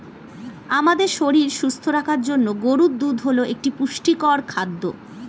আমাদের শরীর সুস্থ রাখার জন্য গরুর দুধ হল একটি পুষ্টিকর খাদ্য